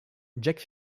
jacques